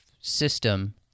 system